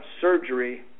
surgery